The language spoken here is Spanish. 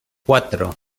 cuatro